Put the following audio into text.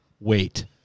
wait